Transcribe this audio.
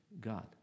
God